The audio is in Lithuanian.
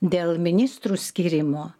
dėl ministrų skyrimo